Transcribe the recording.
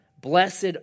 Blessed